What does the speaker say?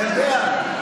אתה יודע,